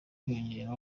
kwiyongera